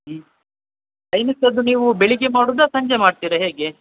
ಹ್ಞೂ ಟೈಮಿಂಗ್ಸ್ ಅದು ನೀವೂ ಬೆಳಗ್ಗೆ ಮಾಡೋದಾ ಸಂಜೆ ಮಾಡ್ತಿರ ಹೇಗೆ